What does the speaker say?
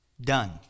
done